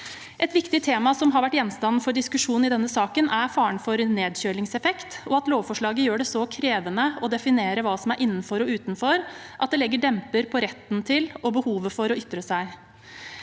Et viktig tema som har vært gjenstand for diskusjon i denne saken, er faren for en nedkjølingseffekt, og at lovforslaget gjør det så krevende å definere hva som er innenfor og utenfor, at det legger en demper på retten til og behovet for å ytre seg.